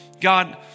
God